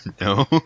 No